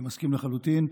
אני מסכים לחלוטין.